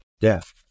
death